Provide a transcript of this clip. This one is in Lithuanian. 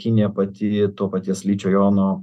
kinija pati to paties ličio jono